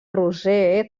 roser